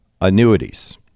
annuities